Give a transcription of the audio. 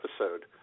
episode